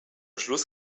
schluss